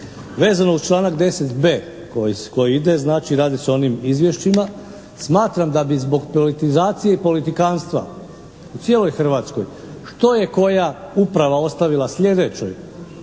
Vezano uz članak 10b. koji, koji ide, znači radi se o onim izvješćima. Smatram da bi zbog politizacije i politikanstva u cijeloj Hrvatskoj, što je koja uprava ostavila sljedećoj